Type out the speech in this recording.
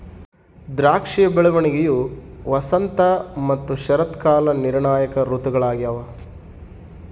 ದ್ರಾಕ್ಷಿಯ ಬೆಳವಣಿಗೆಯು ವಸಂತ ಮತ್ತು ಶರತ್ಕಾಲ ನಿರ್ಣಾಯಕ ಋತುಗಳಾಗ್ಯವ